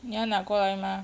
你要拿过来吗